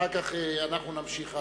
אחר כך נמשיך הלאה.